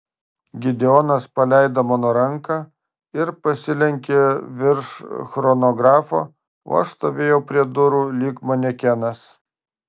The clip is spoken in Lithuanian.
gideonas paleido mano ranką ir pasilenkė virš chronografo o aš stovėjau prie durų lyg manekenas